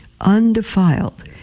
undefiled